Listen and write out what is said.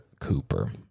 Cooper